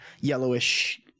yellowish